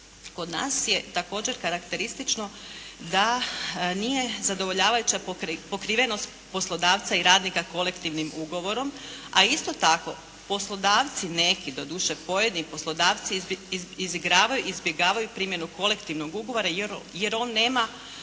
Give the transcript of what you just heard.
kod nas je također karakteristično da nije zadovoljavajuća pokrivenost poslodavca i radnika kolektivnim ugovorom, a isto tako poslodavci neki, doduše pojedini poslodavci izigravaju, izbjegavaju primjenu kolektivnog ugovora jer on nema